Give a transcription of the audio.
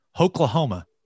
Oklahoma